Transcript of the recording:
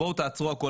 תעצרו הכל.